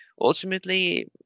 ultimately